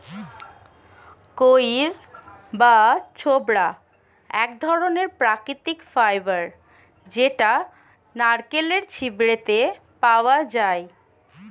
কইর বা ছোবড়া এক ধরণের প্রাকৃতিক ফাইবার যেটা নারকেলের ছিবড়েতে পাওয়া যায়